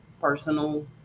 personal